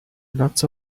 lots